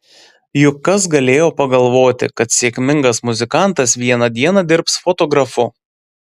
juk kas galėjo pagalvoti kad sėkmingas muzikantas vieną dieną dirbs fotografu